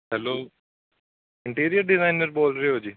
hello interior designer ਬੋਲ ਰਹੇ ਹੋ ਜੀ